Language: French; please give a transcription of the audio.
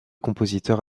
compositeurs